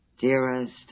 Dearest